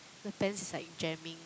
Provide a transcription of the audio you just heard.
the pants is like jamming